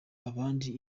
abandi